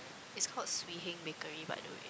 it's called Swee-HengBakery by the way